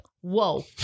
Whoa